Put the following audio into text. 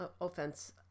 Offense